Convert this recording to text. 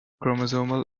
chromosomal